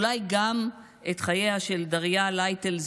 ואולי גם את חייה של דריה לייטל,